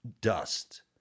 dust